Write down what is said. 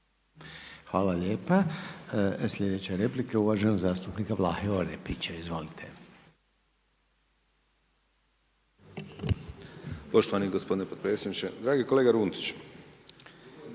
Hvala lijepa. Sljedeća replika je uvaženog zastupnika Vlahe Orepića. Izvolite. **Orepić, Vlaho (MOST)** Poštovani gospodine potpredsjedniče. Dragi kolega Runtić,